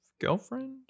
girlfriend